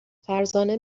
فرزانه